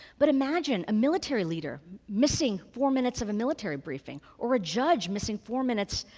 but imagine a military leader missing four minutes of a military briefing. or a judge missing four minutes